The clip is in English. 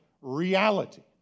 reality